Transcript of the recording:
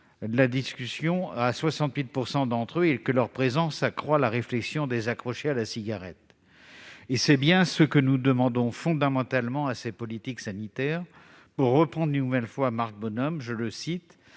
la discussion ; 68 % d'entre eux estiment que leur présence accroît la réflexion des « accrochés à la cigarette ». C'est bien ce que nous demandons fondamentalement aux politiques sanitaires. Pour citer une nouvelle fois Marc Bonhomme, « il